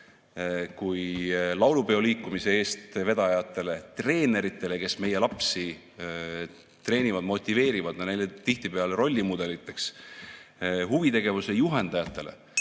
laulupeoliikumise eestvedajatele, treeneritele, kes meie lapsi treenivad, motiveerivad ja on neile tihtipeale rollimudeliteks, huvitegevuse juhendajatele